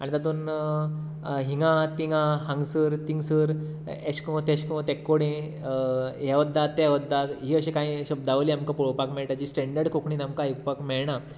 आनी तातून हिंगा तिंगां हांगसर तिंगसर एशको तेशको एकोडें ह्या ओद्दाक त्या ओद्दाक ही अशीं कांय शब्दावली आमकां पळोवपाक मेळटा जी स्टेंडर्ड कोंकणीन आमकां आयकपाक मेळना